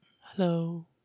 hello